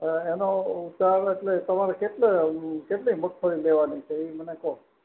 એનો ઉતાર એટલે એ તમારે કેટલો કેટલી મગફળી લેવાની છે એ મને કહો